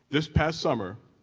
this past summer,